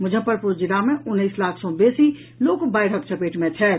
मुजफ्फरपुर जिला मे उन्नैस लाख सँ बेसी लोक बाढ़िक चपेट मे छथि